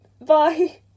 Bye